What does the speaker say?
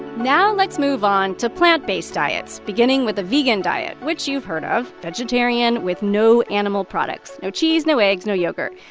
now, let's move on to plant-based diets, beginning with the vegan diet, which you've heard of vegetarian with no animal products no cheese, no eggs, no yogurt.